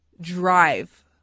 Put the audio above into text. drive